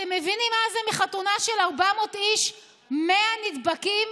אתם מבינים מה זה שמחתונה של 400 איש 100 נדבקים?